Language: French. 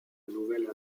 nouvel